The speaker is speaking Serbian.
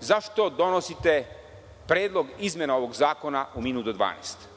zašto donosite predlog izmena ovog zakona u minut do 12?